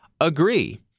agree